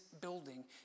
building